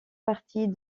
partie